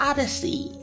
Odyssey